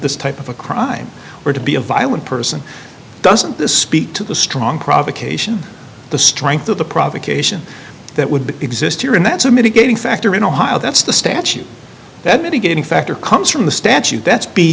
this type of a crime or to be a violent person doesn't this speak to the strong provocation the strength of the provocation that would exist here and that's a mitigating factor in ohio that's the statute that mitigating factor comes from the statute that's be